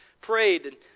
prayed